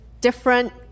different